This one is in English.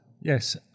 Yes